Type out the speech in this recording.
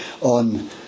on